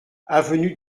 avenue